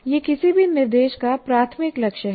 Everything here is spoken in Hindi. यह किसी भी निर्देश का प्राथमिक लक्ष्य है